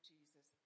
Jesus